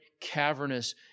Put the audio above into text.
cavernous